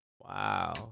Wow